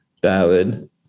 ballad